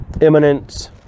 imminent